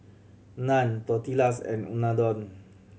Naan Tortillas and Unadon